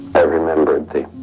i remembered the